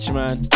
man